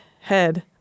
head